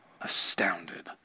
astounded